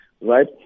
right